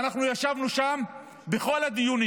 אנחנו ישבנו שם בכל הדיונים